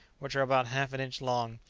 which are about half an inch long,